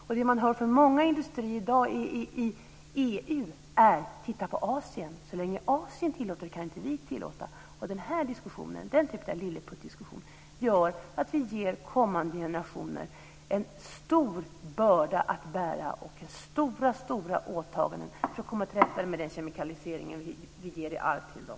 Många industrier i EU i dag säger att vi ska titta på Asien och att så länge Asien tillåter vissa saker kan vi inte förbjuda dem. Den här typen av lilleputtdiskussion gör att vi ger kommande generationer en stor börda att bära och stora åtaganden för att komma till rätta med den kemikalisering som vi ger i arv till dem.